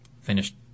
finished